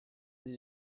dix